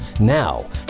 now